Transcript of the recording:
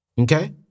okay